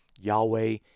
Yahweh